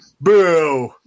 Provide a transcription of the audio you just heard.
boo